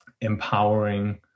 empowering